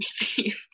receive